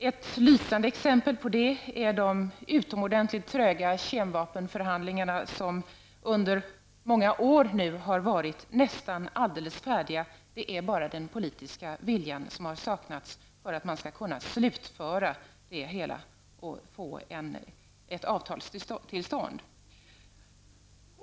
Ett lysande exempel på detta är de utomordentligt tröga förhandlingarna rörande kemiska vapen, som nu under många år har varit nästan alldeles färdiga -- det är bara den politiska viljan som har saknats för att man skall kunna slutföra det hela och få ett avtal till stånd.